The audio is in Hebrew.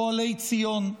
פועלי ציון.